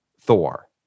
Thor